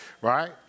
right